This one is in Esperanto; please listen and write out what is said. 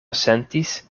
sentis